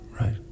Right